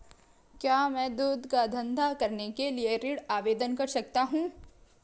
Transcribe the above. क्या मैं दूध का धंधा करने के लिए ऋण आवेदन कर सकता हूँ?